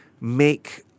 make